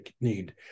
need